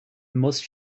must